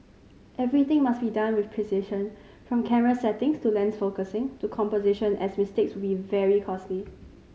everything must be done with precision from camera settings to lens focusing to composition as mistakes will be very costly